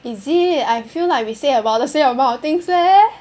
is it I feel like we say about the same amount of things leh